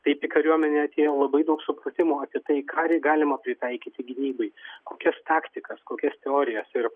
taip į kariuomenę atėjo labai daug supratimo apie tai ką rei galima pritaikyti gynybai kokias taktikas kokias teorijas ir